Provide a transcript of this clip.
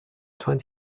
twenty